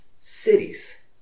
cities